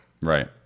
right